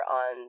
on